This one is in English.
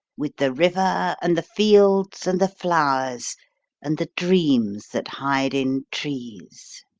with the river and the fields and the flowers and the dreams that hide in trees.